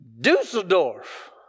Dusseldorf